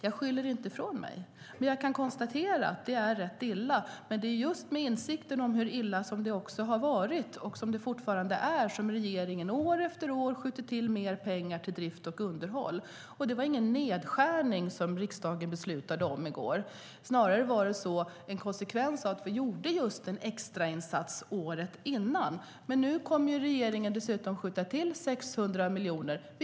Jag skyller inte ifrån mig, Anders Ygeman, men jag kan konstatera att det är rätt illa. Det är just med insikten om hur illa det har varit och fortfarande är som regeringen år efter år skjuter till mer pengar till drift och underhåll. Det var ingen nedskärning som riksdagen beslutade om i går. Snarare var beslutet en konsekvens av att vi gjorde en extrainsats året innan. Nu kommer regeringen att skjuta till 600 miljoner.